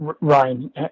Ryan